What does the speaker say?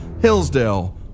Hillsdale